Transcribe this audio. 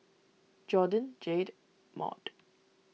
Jordyn Jayde Maude